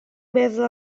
meddwl